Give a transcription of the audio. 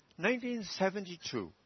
1972